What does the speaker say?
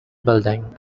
building